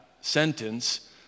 sentence